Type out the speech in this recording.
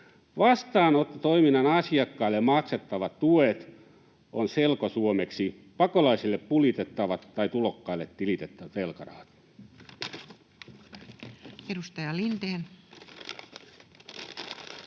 ”vastaanottotoiminnan asiakkaille maksettavat tuet” on selkosuomeksi ”pakolaisille pulitettavat tai tulokkaille tilitettävät velkarahat”. [Speech